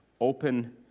open